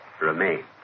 remain